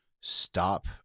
stop